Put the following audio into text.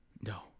No